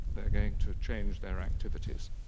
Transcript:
they're going to change their activities.